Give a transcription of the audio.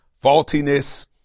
faultiness